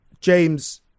James